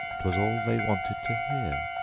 twas all they wanted to hear,